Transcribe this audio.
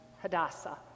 Hadassah